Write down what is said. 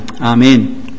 Amen